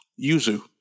Yuzu